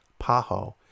PAHO